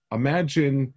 imagine